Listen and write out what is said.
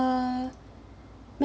uh ma'am